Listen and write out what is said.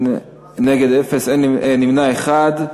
נגד, אפס, נמנע אחד.